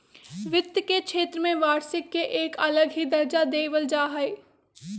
वित्त के क्षेत्र में वार्षिक के एक अलग ही दर्जा देवल जा हई